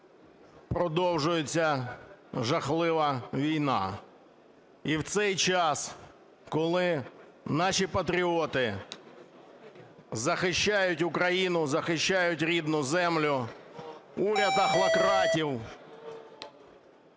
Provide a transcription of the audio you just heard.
Продовжується жахлива війна. І в цей час, коли наші патріоти захищають Україну, захищають рідну землю, уряд охлократів